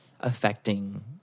affecting –